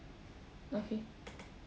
okay